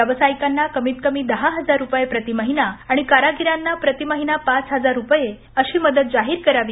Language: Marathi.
व्यावसायिकांना कमीत कमी दहा हजार रुपये प्रति महिना आणि कारागिरांना प्रतिमहिना पाच हजार रुपये मदत जाहीर करावी